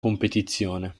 competizione